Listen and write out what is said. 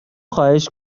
خواهش